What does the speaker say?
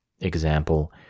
example